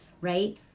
right